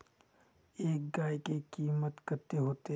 एक गाय के कीमत कते होते?